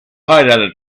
height